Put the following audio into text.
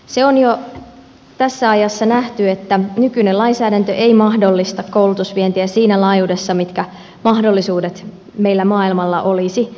se on jo tässä ajassa nähty että nykyinen lainsäädäntö ei mahdollista koulutusvientiä siinä laajuudessa mitkä mahdollisuudet meillä maailmalla olisi